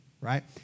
right